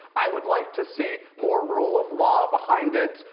i would like to see more rule of law behind it.